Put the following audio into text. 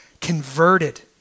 converted